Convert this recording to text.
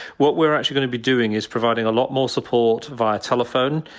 what we're actually going to be doing is providing a lot more support via telephone,